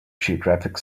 geographic